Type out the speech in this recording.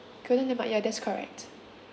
golden landmark ya that's correct